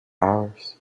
hours